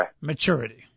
Maturity